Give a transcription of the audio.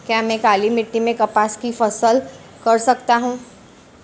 क्या मैं काली मिट्टी में कपास की फसल कर सकता हूँ?